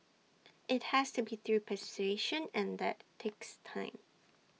IT has to be through persuasion and that takes time